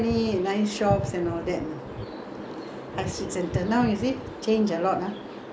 high street centre now you see change a lot ah yesterday we went you saw the place how much of changes